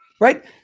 right